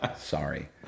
Sorry